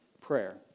prayer